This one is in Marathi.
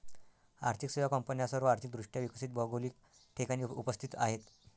आर्थिक सेवा कंपन्या सर्व आर्थिक दृष्ट्या विकसित भौगोलिक ठिकाणी उपस्थित आहेत